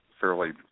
fairly